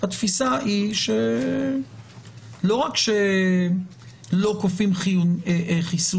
התפיסה היא שלא רק שלא כופים חיסונים,